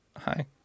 Hi